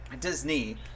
Disney